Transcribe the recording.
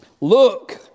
Look